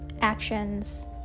actions